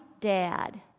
dad